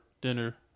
Dinner